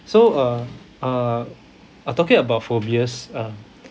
so uh uh uh talking about phobias uh